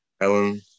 Ellen